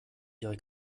ihre